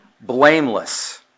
blameless